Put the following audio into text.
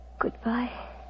Goodbye